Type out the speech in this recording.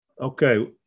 okay